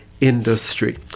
Industry